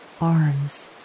arms